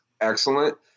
excellent